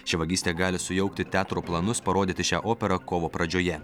ši vagystė gali sujaukti teatro planus parodyti šią operą kovo pradžioje